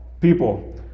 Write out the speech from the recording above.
people